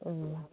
औ